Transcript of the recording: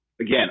again